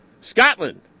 Scotland